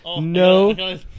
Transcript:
No